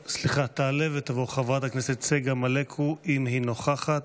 תעלה ותבוא חברת הכנסת צגה מלקו, אם היא נוכחת.